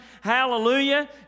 hallelujah